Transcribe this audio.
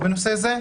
בנושא זה,